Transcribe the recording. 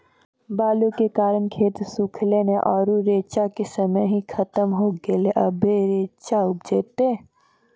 बालू के कारण खेत सुखले नेय आरु रेचा के समय ही खत्म होय गेलै, अबे रेचा उपजते?